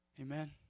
Amen